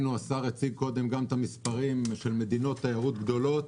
השר הציג קודם את מספר התיירים במדינות גדולות